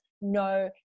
no